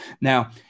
Now